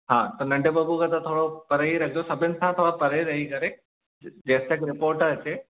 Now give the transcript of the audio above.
हा त नंढे बबू खे त थोरो परे ई रखिजो सभिनि सां थोरो परे रही करे जेसि तक रिपोर्ट अचे